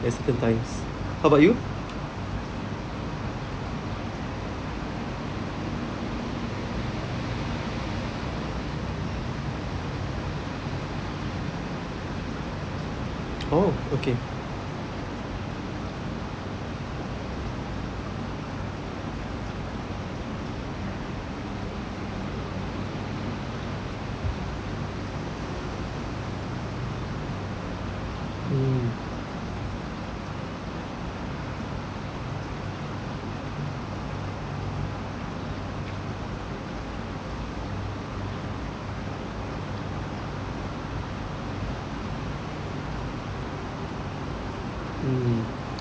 as the times how about you oh okay mm mm